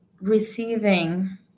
receiving